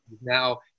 now